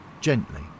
gently